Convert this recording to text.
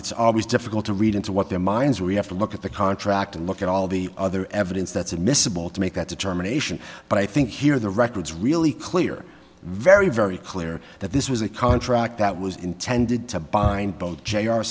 it's always difficult to read into what their minds we have to look at the contract and look at all the other evidence that's admissible to make that determination but i think here the records really clear very very clear that this was a contract that was intended to bind